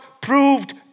proved